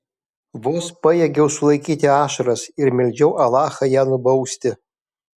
vos pajėgiau sulaikyti ašaras ir meldžiau alachą ją nubausti